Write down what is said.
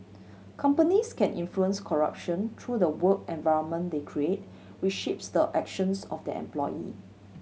companies can influence corruption through the work environment they create which shapes the actions of their employee